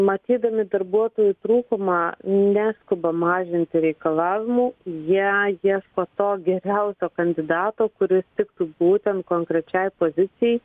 matydami darbuotojų trūkumą neskuba mažinti reikalavimų jie ieško to geriausio kandidato kuris tiktų būtent konkrečiai pozicijai